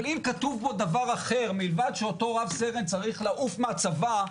אבל אם כתוב פה דבר אחר מלבד שאותו רב סרן צריך לעוף מהצבא,